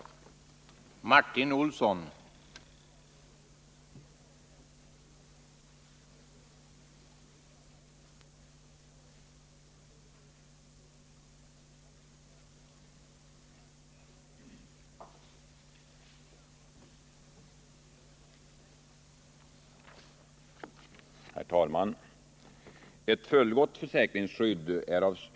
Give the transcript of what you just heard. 18 december 1979